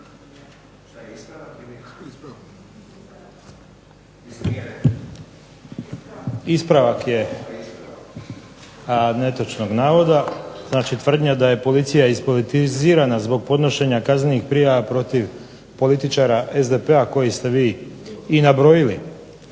Ispravak je netočnog navoda. Znači, tvrdnja da je policija ispolitizirana zbog podnošenja kaznenih prijava protiv političara SDP-a koje ste vi i nabrojili.